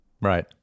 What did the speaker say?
right